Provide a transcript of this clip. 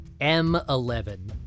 M11